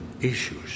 issues